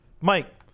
Mike